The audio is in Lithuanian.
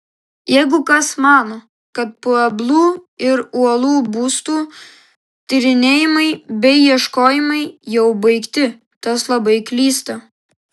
jeigu kas mano kad pueblų ir uolų būstų tyrinėjimai bei ieškojimai jau baigti tas labai klysta